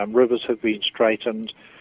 um rivers have been straightened,